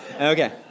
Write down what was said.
Okay